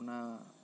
ᱚᱱᱟ